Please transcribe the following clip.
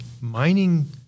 Mining